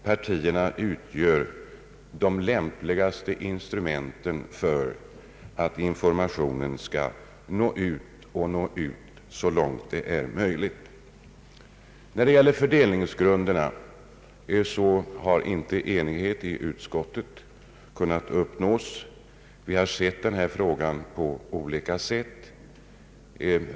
Partierna utgör det lämpligaste instrumentet för att informationen skall nå ut — och nå så långt som möjligt. När det gäller fördelningsgrunderna har enighet inte kunnat uppnås i utskottet. Vi har sett denna fråga på olika sätt.